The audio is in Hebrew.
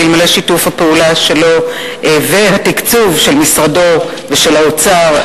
ואלמלא שיתוף הפעולה שלו והתקצוב של משרדו ושל האוצר,